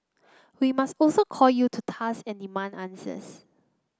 we must also call you to task and demand answers